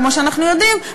כמו שאנחנו יודעים,